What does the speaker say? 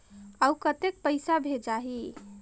अउ कतेक पइसा भेजाही?